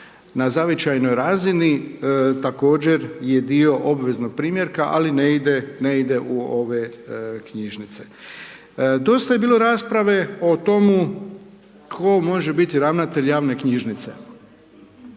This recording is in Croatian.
na zavičajnoj razini također je dio obveznog primjerka ali ne ide u ove knjižnice. Dosta je bilo rasprave o tome tko može biti ravnatelj javne knjižnice.